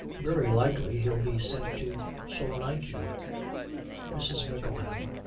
very likely he'll be sent to salonaiky mrs. mickleham.